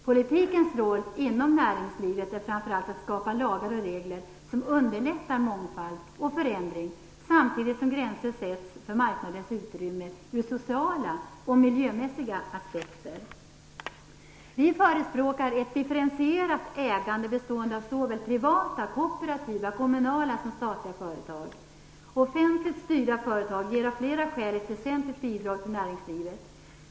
Politikens roll inom näringslivet är framför allt att skapa lagar och regler som underlättar mångfald och förändring samtidigt som gränser sätts för marknadens utrymme ur sociala och miljömässiga aspekter. Vi förespråkar ett differentierat ägande bestående av såväl privata, kooperativa och kommunala företag som av statliga företag. Offentligt styrda företag ger av flera skäl ett väsentligt bidrag till näringslivet.